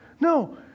No